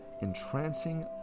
Entrancing